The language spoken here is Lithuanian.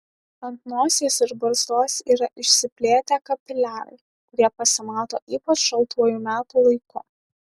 ant nosies ir barzdos yra išsiplėtę kapiliarai kurie pasimato ypač šaltuoju metų laiku